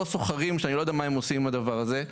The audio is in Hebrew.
או סוחרים שאני לא יודע מה הם עושים עם הדבר הזה,